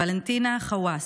ולנטינה חוואס,